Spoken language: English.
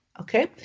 Okay